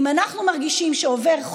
היא מדברת